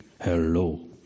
Hello